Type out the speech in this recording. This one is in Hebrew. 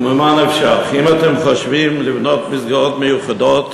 וממה נפשך, אם אתם חושבים לבנות מסגרות מיוחדות,